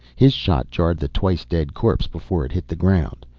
his shot jarred the twice-dead corpse before it hit the ground.